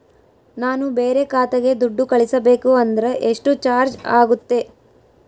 ನಾನು ಬೇರೆ ಖಾತೆಗೆ ದುಡ್ಡು ಕಳಿಸಬೇಕು ಅಂದ್ರ ಎಷ್ಟು ಚಾರ್ಜ್ ಆಗುತ್ತೆ?